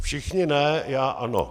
Všichni ne, já ano.